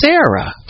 Sarah